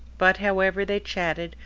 but, however, they chatted,